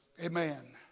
Amen